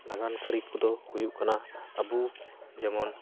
ᱞᱟᱜᱟᱱ ᱠᱟᱹᱨᱤ ᱠᱚᱫᱚ ᱦᱩᱭᱩᱜ ᱠᱟᱱᱟ ᱟᱵᱚ ᱡᱮᱢᱚᱱ